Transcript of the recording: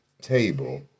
table